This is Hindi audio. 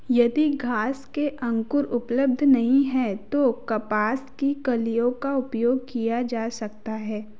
यदि घास के अंकुर उपलब्ध नहीं हैं तो कपास की कलियों का उपयोग किया जा सकता है